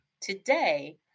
today